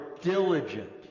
diligent